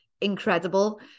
incredible